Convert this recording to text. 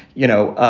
you know,